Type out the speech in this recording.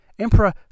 Emperor